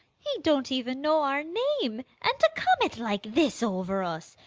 he don't even know our name an' to come it like this over us!